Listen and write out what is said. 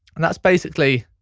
and that's basically